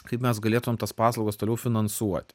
kaip mes galėtumėm tas paslaugas toliau finansuoti